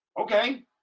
Okay